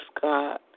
God